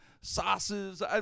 sauces